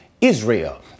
Israel